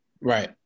Right